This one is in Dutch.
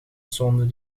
sonde